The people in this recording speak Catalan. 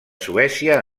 suècia